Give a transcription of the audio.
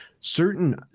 certain